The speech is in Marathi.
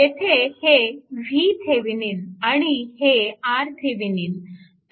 येथे हे vThevenin आणि हे RThevenin